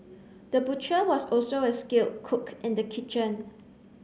the butcher was also a skilled cook in the kitchen